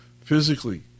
physically